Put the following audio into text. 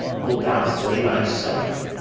wilt thou slay thyself?